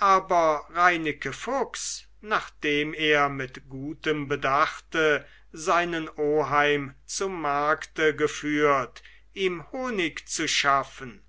aber reineke fuchs nachdem er mit gutem bedachte seinen oheim zu markte geführt ihm honig zu schaffen